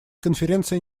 конференция